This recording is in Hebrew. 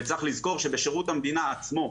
וצריך לזכור שבשרות המדינה עצמו,